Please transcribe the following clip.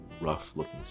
rough-looking